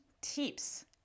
tips